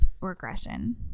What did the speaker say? regression